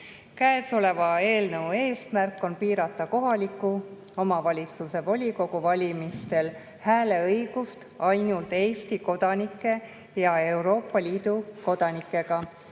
Käesoleva eelnõu eesmärk on piirata kohaliku omavalitsuse volikogu valimistel hääleõigust ainult Eesti kodanike ja Euroopa Liidu kodanikega.